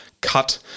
cut